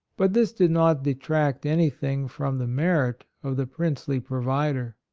but this did not detract any thing from the merit of the princely provider.